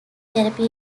therapy